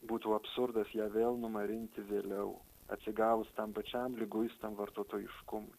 būtų absurdas ją vėl numarinti vėliau atsigavus tam pačiam liguistam vartotojiškumui